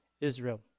Israel